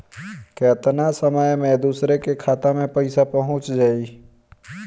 केतना समय मं दूसरे के खाता मे पईसा पहुंच जाई?